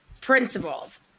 principles